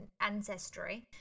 ancestry